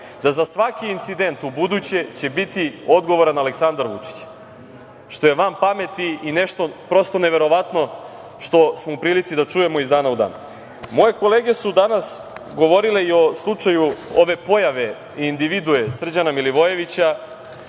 da za svaki incident ubuduće će biti odgovoran Aleksandar Vučić, što je van pameti i nešto prosto neverovatno što smo u prilici da čujemo iz dana u dan. Moje kolege su danas govorile i o slučaju ove pojave i individue Srđana Milivojevića,